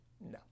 No